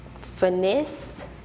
Finesse